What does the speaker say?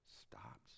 stops